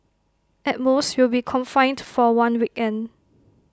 at most you'll be confined for one weekend